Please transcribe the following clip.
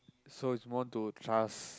so is more to trust